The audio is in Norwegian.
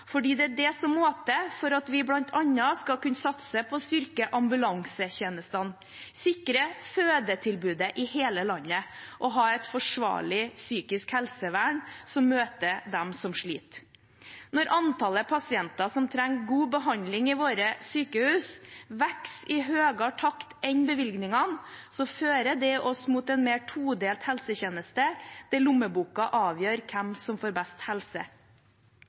fordi det er det som må til for at vi bl.a. skal kunne satse på å styrke ambulansetjenestene, sikre fødetilbudet i hele landet og ha et forsvarlig psykisk helsevern som møter dem som sliter. Når antallet pasienter som trenger god behandling i våre sykehus, vokser i høyere takt enn bevilgningene, fører det oss mot en mer todelt helsetjeneste der lommeboka avgjør hvem som får best helse.